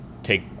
take